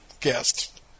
guest